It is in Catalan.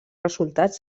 resultats